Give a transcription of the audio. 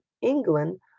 England